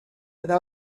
that